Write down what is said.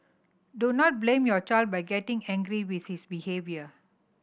do not blame your child by getting angry with his behaviour